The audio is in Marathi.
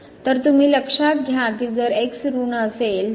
तर तुम्ही लक्षात घ्या की जर x ऋण असेल तर